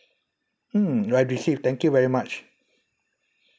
mm I received thank you very much